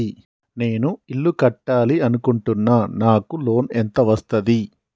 నేను ఇల్లు కట్టాలి అనుకుంటున్నా? నాకు లోన్ ఎంత వస్తది?